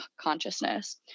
consciousness